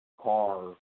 car